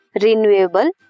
renewable